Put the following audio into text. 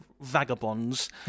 vagabonds